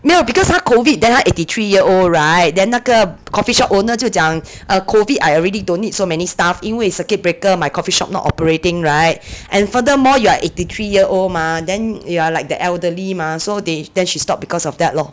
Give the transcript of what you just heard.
没有 because 她 COVID then 她 eighty three year old [right] then 那个 coffee shop owner 就讲 err COVID I already don't need so many staff 因为 circuit breaker my coffee shop not operating [right] and furthermore you're eighty-three-year-old mah then you're like the elderly mah so they then she stop because of that lor